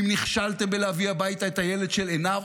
אם נכשלתם בלהביא הביתה את הילד של עינב,